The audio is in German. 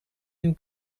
den